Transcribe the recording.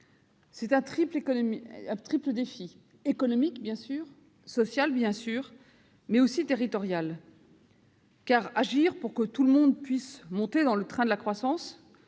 C'est un triple défi, économique, bien sûr, social, bien sûr, mais aussi territorial. En effet, agir pour que tout le monde puisse monter à bord du train de la croissance